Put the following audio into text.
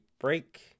break